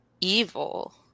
evil